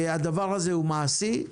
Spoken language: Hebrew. הדבר הזה הוא מעשי.